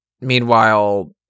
Meanwhile